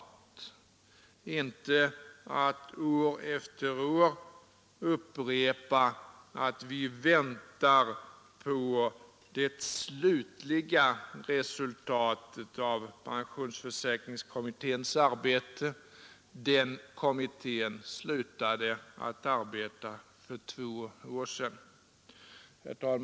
Det går inte att år efter år upprepa att vi väntar på det slutliga resultatet av pensionsförsäkringskommitténs arbete. Den kommittén slutade att arbeta för två år sedan. Herr talman!